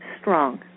strong